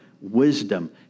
wisdom